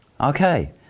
Okay